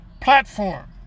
platform